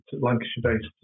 Lancashire-based